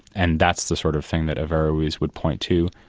and that's the sort of thing that averroes would point to,